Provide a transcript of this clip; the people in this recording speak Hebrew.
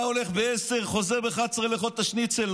היה הולך ב-10:00, חוזר ב-11:00 לאכול את השניצל.